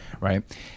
Right